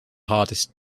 hardest